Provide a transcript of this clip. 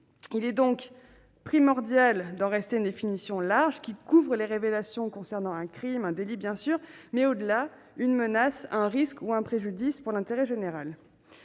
Il est donc primordial d'en rester à une définition large, qui couvre les révélations concernant un crime ou un délit, bien sûr, mais au-delà, une menace, un risque ou un préjudice pour l'intérêt général.